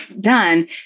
done